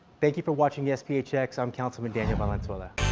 thank you for watching yes phx. i'm councilman daniel valenzuela.